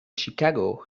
chicago